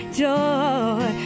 joy